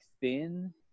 thin